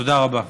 תודה רבה.